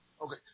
okay